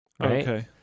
Okay